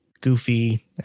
goofy